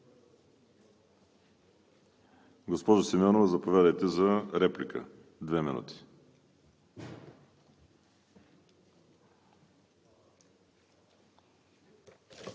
Госпожо Симеонова, заповядайте за реплика – 2 минути.